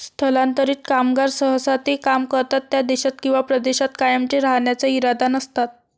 स्थलांतरित कामगार सहसा ते काम करतात त्या देशात किंवा प्रदेशात कायमचे राहण्याचा इरादा नसतात